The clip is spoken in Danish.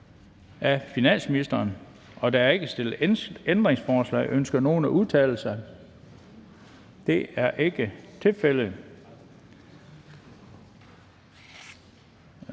(Bent Bøgsted): Der er ikke stillet ændringsforslag. Ønsker nogen at udtale sig? Det er ikke tilfældet,